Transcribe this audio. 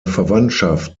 verwandtschaft